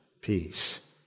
Peace